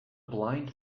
blind